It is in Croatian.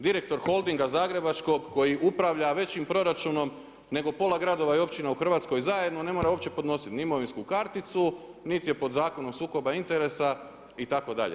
Direktor Holdinga zagrebačkog koji upravlja većim proračunom nego pola gradova i općina u Hrvatskoj zajedno ne mora uopće podnositi ni imovinsku karticu, niti je pod Zakon o sukobu interesa itd.